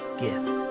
gift